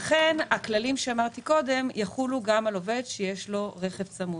לכן הכללים שאמרתי קודם יחולו גם על עובד שיש לו רכב צמוד.